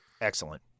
Excellent